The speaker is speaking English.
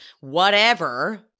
whatever-